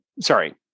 sorry